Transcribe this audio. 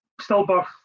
stillbirth